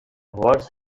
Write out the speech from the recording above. verse